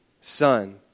son